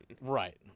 Right